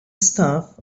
staff